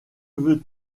veux